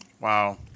Wow